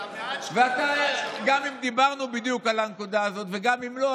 וגם אם דיברנו בדיוק על הנקודה הזו וגם אם לא,